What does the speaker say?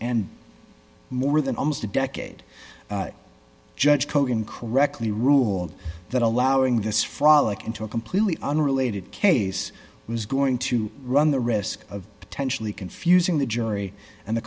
and more than almost a decade judge cohen correctly ruled that allowing this frolic into a completely unrelated case was going to run the risk of potentially confusing the jury and the